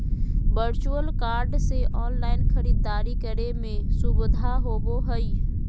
virtual card से online खरीदारी करे में सुबधा होबो हइ